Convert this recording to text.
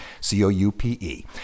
c-o-u-p-e